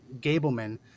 Gableman